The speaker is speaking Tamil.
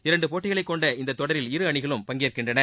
இரண்டு போட்டிகளை கொண்ட இந்த தொடரில் இரு அணிகளும் பங்கேற்கின்றன